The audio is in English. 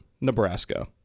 Nebraska